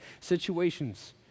Situations